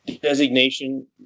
Designation